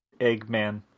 Eggman